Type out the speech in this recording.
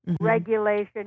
regulation